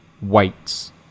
weights